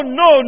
no